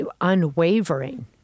unwavering